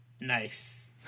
Nice